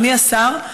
אדוני השר,